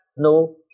No